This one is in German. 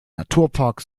naturpark